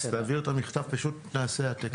פשוט נעשה העתק הדבק.